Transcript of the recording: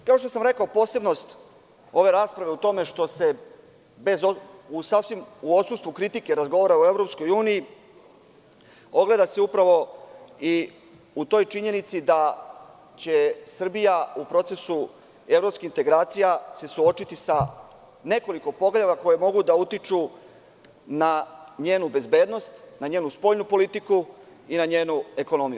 Kao što sam rekao, posebnost ove rasprave je u tome što se u odsustvu kritike razgovara o EU, ogleda se upravo i u toj činjenici da će Srbija u procesu evropskih integracija se suočiti sa nekoliko stvari koje mogu da utiču na njenu bezbednost, na njenu spoljnu politiku i na njenu ekonomiju.